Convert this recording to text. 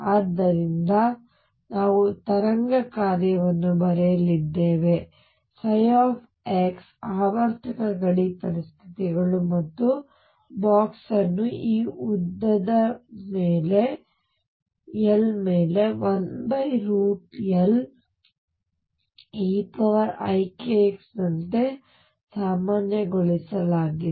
ಆದ್ದರಿಂದ ನಾವು ತರಂಗ ಕಾರ್ಯವನ್ನು ಬರೆಯಲಿದ್ದೇವೆ ψ ಆವರ್ತಕ ಗಡಿ ಪರಿಸ್ಥಿತಿಗಳು ಮತ್ತು ಬಾಕ್ಸ್ ಅನ್ನು ಈ ಉದ್ದ L ಮೇಲೆ 1Leikxನಂತೆ ಸಾಮಾನ್ಯಗೊಳಿಸಲಾಗಿದೆ